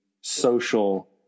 social